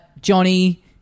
Johnny